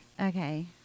Okay